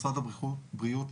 משרד הבריאות,